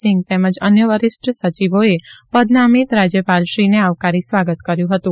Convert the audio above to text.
સિંઘ તેમજ અન્ય વરિષ્ઠ સચિવોએ પદનામિત રાજ્યપાલ શ્રી ને આવકારી સ્વાગત કર્યું હતું